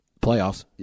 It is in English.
playoffs